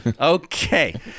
Okay